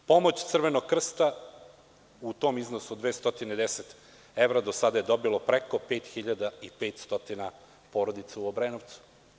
Pomoć Crvenog krsta u tom iznosu od 210 evra do sada je dobilo preko 5.500 porodica u Obrenovcu.